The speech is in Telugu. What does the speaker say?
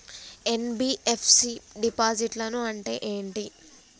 ఎన్.బి.ఎఫ్.సి డిపాజిట్లను అంటే ఏంటి?